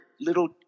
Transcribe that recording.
little